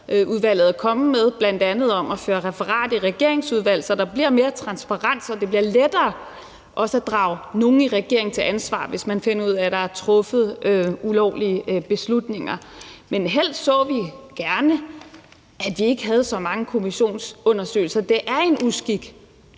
Dybvadudvalget er kommet med, bl.a. om, at der skal skrives referat fra regeringsudvalg, så der bliver mere transparens og det bliver lettere også at drage nogle i regeringen til ansvar, hvis man finder ud af, at der er truffet ulovlige beslutninger. Men vi så gerne og helst, at vi ikke havde så mange kommissionsundersøgelser. Det er en uskik,